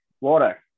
water